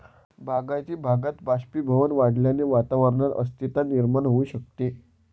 बागायती भागात बाष्पीभवन वाढल्याने वातावरणात अस्थिरता निर्माण होऊ शकते